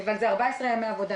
סליחה על התקלה והעיכוב,